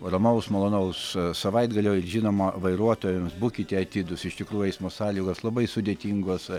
ramaus malonaus savaitgalio ir žinoma vairuotojams būkite atidūs iš tikrųjų eismo sąlygos labai sudėtingos